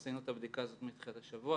עשינו את הבדיקה הזאת מתחילת השבוע.